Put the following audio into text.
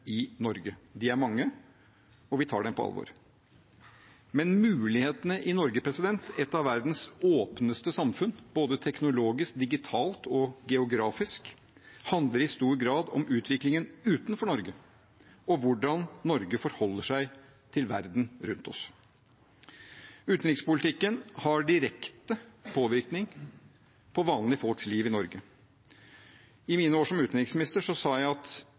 i Norge. De er mange, og vi tar dem på alvor. Men mulighetene i Norge, et av verdens åpneste samfunn både teknologisk, digitalt og geografisk, handler i stor grad om utviklingen utenfor Norge og hvordan Norge forholder seg til verden rundt oss. Utenrikspolitikken har direkte påvirkning på vanlige folks liv i Norge. I mine år som utenriksminister sa jeg at